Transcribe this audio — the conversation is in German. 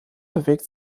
bewegt